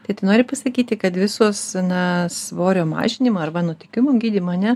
tai tu nori pasakyti kad visos na svorio mažinimo arba nutukimo gydymo ane